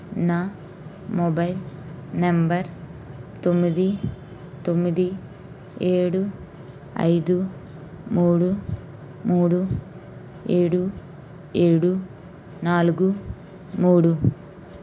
నా mobile number తొమ్మిది తొమ్మిది ఏడు ఐదు మూడు మూడు ఏడు ఏడు నాలుగు మూడు